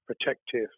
protective